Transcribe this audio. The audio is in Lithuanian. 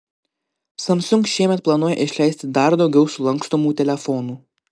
samsung šiemet planuoja išleisti dar daugiau sulankstomų telefonų